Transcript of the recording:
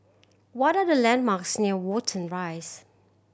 what are the landmarks near Watten Rise